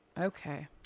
Okay